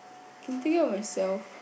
I can take care of myself